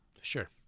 Sure